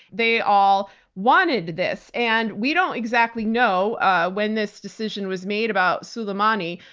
they all wanted this. and we don't exactly know when this decision was made about soleimani,